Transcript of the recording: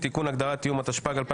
היא ועדת החוקה,